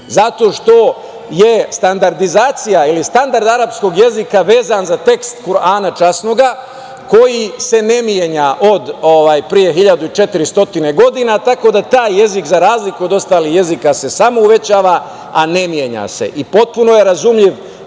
zato što je standardizacija ili standard arapskog jezika vezan za tekst "Kurana Časnoga" koji se ne menja od pre 1.400 godina, tako da taj jezik, za razliku od ostalih jezika, se samo uvećava a ne menja se. I potpuno je razumljiv